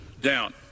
down